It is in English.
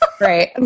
right